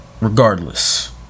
Regardless